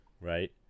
Right